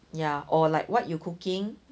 ya or like what you cooking